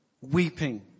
weeping